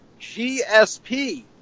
GSP